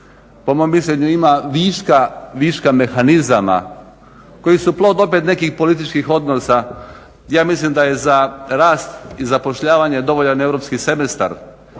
po mom mišljenju ima viška mehanizama koji su plod opet nekih političkih odnosa. Ja mislim da je za rast i zapošljavanje dovoljan europski semestar,